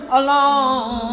alone